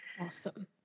awesome